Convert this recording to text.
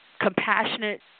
compassionate